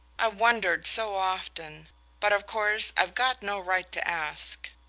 i've wondered so often but of course i've got no right to ask.